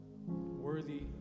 worthy